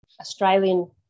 Australian